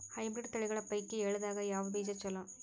Hybrid ತಳಿಗಳ ಪೈಕಿ ಎಳ್ಳ ದಾಗ ಯಾವ ಬೀಜ ಚಲೋ?